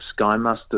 Skymaster